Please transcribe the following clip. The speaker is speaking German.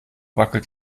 wackelt